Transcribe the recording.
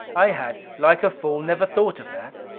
i had, like a fool, never thought of that!